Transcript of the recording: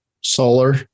Solar